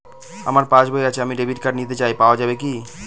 আমার পাসবই আছে আমি ডেবিট কার্ড নিতে চাই পাওয়া যাবে কি?